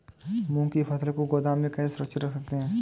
मूंग की फसल को गोदाम में कैसे सुरक्षित रख सकते हैं?